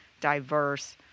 diverse